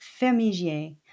Fermigier